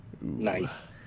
nice